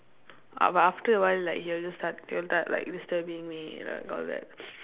ah but after a while like he will just start he will start like disturbing me like all that